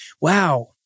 wow